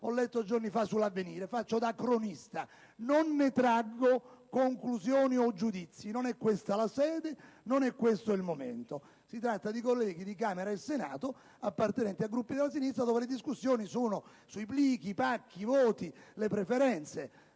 ho letto giorni fa sull'«Avvenire». Faccio da cronista, non ne traggo conclusioni o giudizi: non è questa la sede, né il momento. Si tratta di colleghi di Camera e Senato, appartenenti a Gruppi della sinistra, e le discussioni vertono sui plichi, i pacchi, i voti e le preferenze,